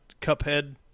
Cuphead